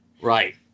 Right